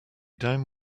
down